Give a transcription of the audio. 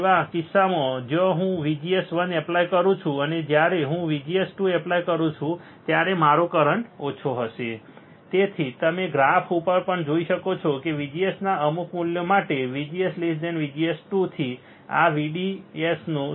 એવા કિસ્સામાં કે જ્યાં હું VGS1 એપ્લાય કરું છું અને જ્યારે હું VGS2 એપ્લાય કરું છું ત્યારે મારો કરંટ ઓછો હશે તમે અહીં ગ્રાફ ઉપરથી પણ જોઈ શકો છો કે VGS ના અલગ મૂલ્ય માટે VGS VGS2 થી આ VDS નું કરંટ મૂલ્ય અલગ છે